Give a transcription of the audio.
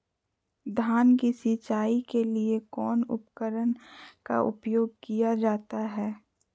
धान की सिंचाई के लिए कौन उपकरण का उपयोग किया जाता है?